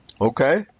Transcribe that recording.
Okay